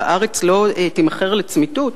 והארץ לא תימכר לצמיתות.